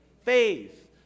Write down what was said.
Faith